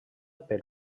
per